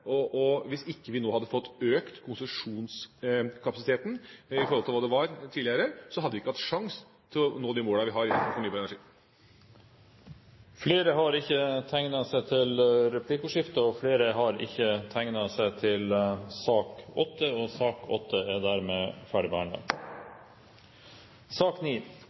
av dette. Hvis vi nå ikke hadde fått økt konsesjonskapasiteten i forhold til hva det var tidligere, hadde vi ikke hatt sjanse til å nå de målene vi har innenfor fornybar energi. Replikkordskiftet er omme. Flere har ikke bedt om ordet til sak nr. 8. Etter ønske fra energi- og